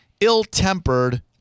ill-tempered